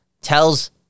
tells